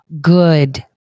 good